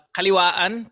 Kaliwaan